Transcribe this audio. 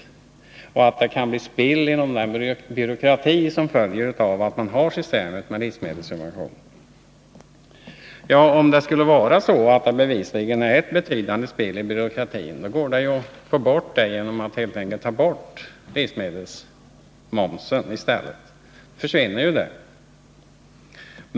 Han sade vidare att det kan bli ett spill genom den byråkrati som följer av att man har systemet med livsmedelssubventioner. Ja, om det skulle vara så att det bevisligen uppstår ett betydande spill i byråkratin, då går det ju att undvika det genom att i stället helt enkelt ta bort livsmedelsmomsen. Då försvinner ju detta.